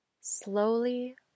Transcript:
slowly